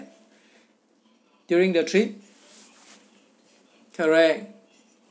during the trip correct